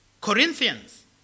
Corinthians